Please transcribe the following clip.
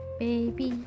baby